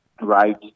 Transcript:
right